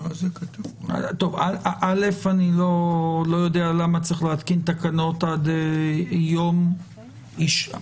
התשפ"ב 2021." אני לא יודע למה צריך להתקין תקנות עד יום זה?